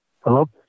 Hello